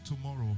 tomorrow